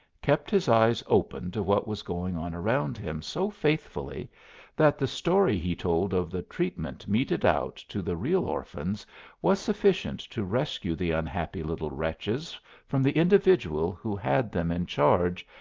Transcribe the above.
kept his eyes open to what was going on around him so faithfully that the story he told of the treatment meted out to the real orphans was sufficient to rescue the unhappy little wretches from the individual who had them in charge,